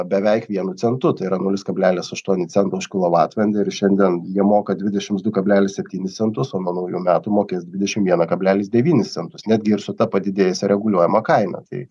beveik vienu centu tai yra nulis kablelis aštuoni cento už kilovatvalandę ir šiandien jie moka dvidešims du kablelis septynis centus o nuo naujų metų mokės dvidešim vieną kablelis devynis centus netgi ir su ta padidėjusia reguliuojama kaina tai